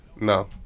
No